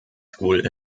school